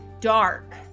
dark